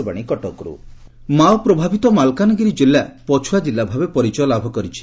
pilot ମାଓ ପ୍ରଭାବିତ ମାଲକାନଗିରି ଜିଲ୍ଲା ପଛୁଆ ଜିଲ୍ଲା ଭାବେ ପରିଚୟ ଲାଭ କରିଛି